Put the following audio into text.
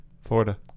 florida